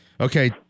Okay